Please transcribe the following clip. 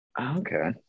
okay